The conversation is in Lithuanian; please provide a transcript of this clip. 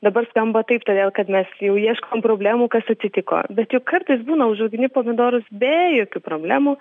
dabar skamba taip todėl kad mes jau ieškom problemų kas atsitiko bet juk kartais būna užauginti pomidorus be jokių problemų